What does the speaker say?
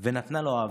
ונתנה לו אהבתו.